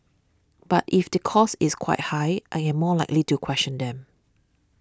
but if the cost is quite high I am more likely to question them